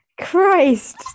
Christ